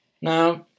Now